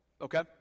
Okay